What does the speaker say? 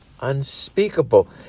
unspeakable